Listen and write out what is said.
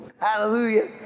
Hallelujah